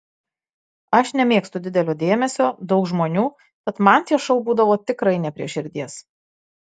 aš nemėgstu didelio dėmesio daug žmonių tad man tie šou būdavo tikrai ne prie širdies